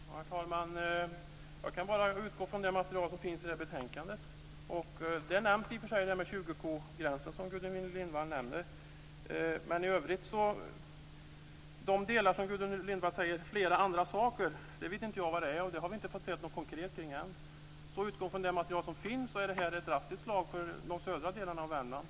Herr talman! Jag kan bara utgå från det material som finns i betänkandet. Visserligen nämns där den gräns vid 20 kor som Gudrun Lindvall pekar på, men jag vet inte vad Gudrun Lindvall menar när hon hänvisar till andra saker. Vi har ännu inte fått se något konkret om detta. Med utgångspunkt i det material som finns är det alltså fråga om ett drastiskt slag mot de södra delarna av Värmland.